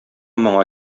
моңа